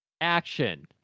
action